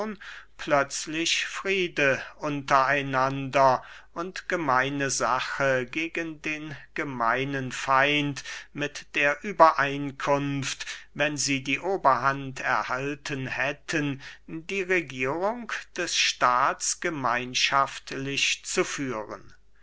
plötzlich friede mit einander und gemeine sache gegen den gemeinen feind mit der übereinkunft wenn sie die oberhand erhalten hätten die regierung des staats gemeinschaftlich zu führen